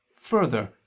further